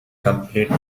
complete